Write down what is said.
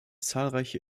zahlreiche